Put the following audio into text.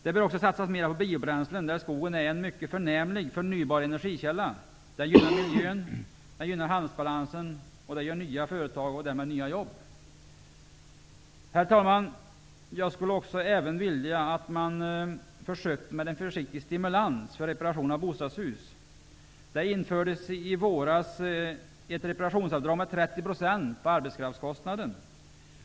Det bör också satsas mer på biobränslen. Skogen är en mycket förnämlig förnybar energikälla som gynnar miljön och handelsbalansen. Den ger nya företag och därmed nya jobb. Herr talman! Jag skulle även vilja att man försöker med en försiktig stimulans för reparation av bostadshus. I våras infördes ett reparationsavdrag med 30 % av arbetskraftskostnaden.